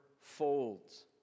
folds